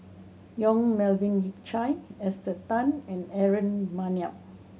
Yong Melvin Yik Chye Esther Tan and Aaron Maniam